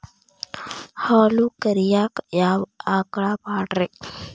ಹಾಲು ಕರಿಯಾಕ ಯಾವ ಆಕಳ ಪಾಡ್ರೇ?